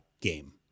game